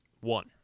One